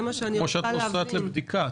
זה כמו שאת נוסעת לבדיקה.